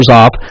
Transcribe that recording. off